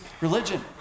religion